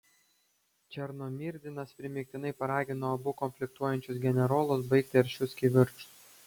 černomyrdinas primygtinai paragino abu konfliktuojančius generolus baigti aršius kivirčus